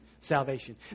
salvation